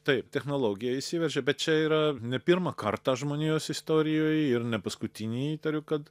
taip technologija įsiveržia bet čia yra ne pirmą kartą žmonijos istorijoj ir ne paskutinį įtariu kad